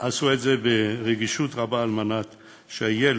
עשו את זה ברגישות רבה, על מנת שהילד,